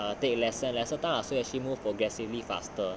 err take lesser and lesser time ah so you actually moved progressively faster